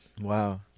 Wow